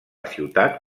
ciutat